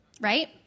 right